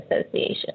Association